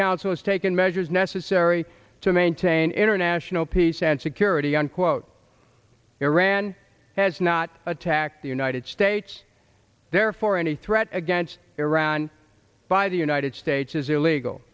council has taken measures necessary to maintain international peace and security unquote iran has not attacked the united states therefore any threat against iran by the united states is illegal